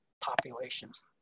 populations